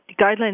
guidelines